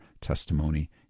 testimony